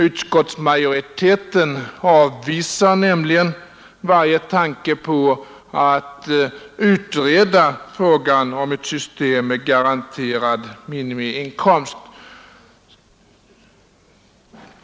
Utskottsmajoriteten avvisar nämligen varje tanke på att utreda frågan om ett system med garanterad minimiinkomst.